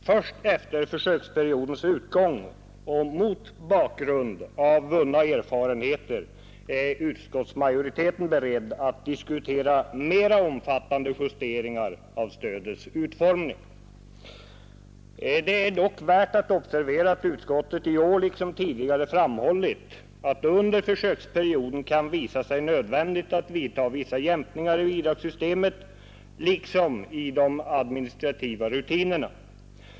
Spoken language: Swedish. Först efter försöksperiodens utgång och mot bakgrund av vunna erfarenheter är utskottsmajoriteten beredd att diskutera mera omfattande justeringar av stödets utformning. Det är dock värt att observera att utskottet i år liksom tidigare framhållit, att det under försöksperioden kan visa sig nödvändigt att företa vissa jämkningar i bidragssystemet liksom i de administrativa rutinerna.